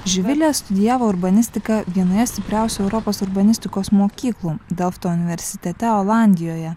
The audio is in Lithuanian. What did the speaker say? živilė studijavo urbanistiką vienoje stipriausių europos urbanistikos mokyklų delfto universitete olandijoje